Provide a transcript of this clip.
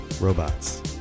Robots